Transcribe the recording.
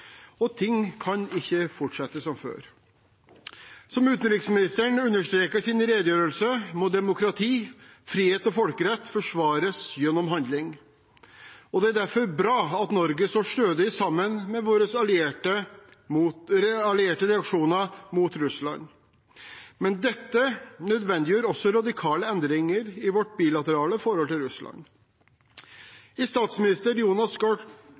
og ting kan ikke fortsette som før. Som utenriksministeren understreket i sin redegjørelse, må demokrati, frihet og folkerett forsvares gjennom handling. Det er derfor bra at Norge står stødig sammen med våre allierte i reaksjonene mot Russland, men dette nødvendiggjør også radikale endringer i vårt bilaterale forhold til Russland. I statsminister Jonas